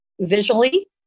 visually